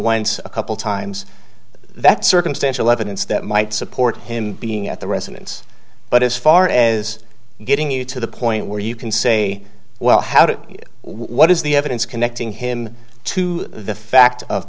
once a couple times that circumstantial evidence that might support him being at the residence but as far as getting you to the point where you can say well how do you what is the evidence connecting him to the fact of